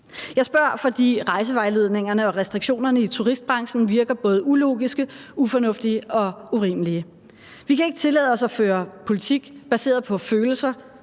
Jeg spørger, fordi rejsevejledningerne og restriktionerne i turistbranchen virker både ulogiske, ufornuftige og urimelige. Vi kan ikke tillade os at føre politik baseret på følelser